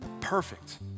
Perfect